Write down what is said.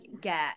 get